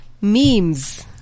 Memes